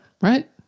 right